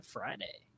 Friday